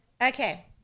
Okay